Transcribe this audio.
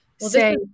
say